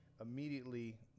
immediately